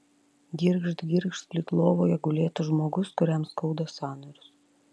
girgžt girgžt lyg lovoje gulėtų žmogus kuriam skauda sąnarius